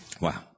Wow